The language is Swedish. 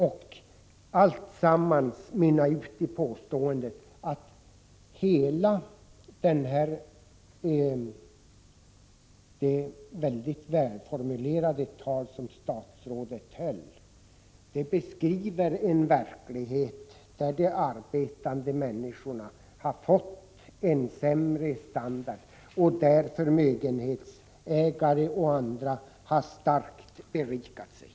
Och alltsammans mynnar ut i påståendet att hela det mycket välformulerade tal som statsrådet höll, det beskriver en verklighet där de arbetande människorna har fått sämre standard och där förmögenhetsägare och andra har starkt berikat sig.